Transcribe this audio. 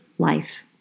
life